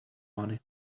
money